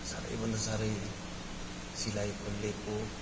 साह्रैभन्दा साह्रै सिलाई खोलिएको